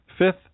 Fifth